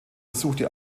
besuchte